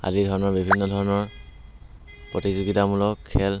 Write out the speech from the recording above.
আদি ধৰণৰ বিভিন্ন ধৰণৰ প্ৰতিযোগিতামূলক খেল